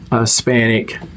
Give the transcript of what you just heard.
Hispanic